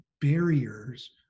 barriers